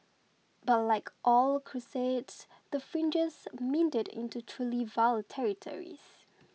but like all crusades the fringes meandered into truly vile territories